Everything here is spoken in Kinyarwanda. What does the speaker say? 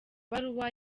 baruwa